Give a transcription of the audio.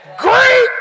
Great